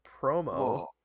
promo